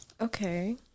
Okay